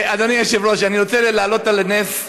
אדוני היושב-ראש, אני רוצה להעלות על נס,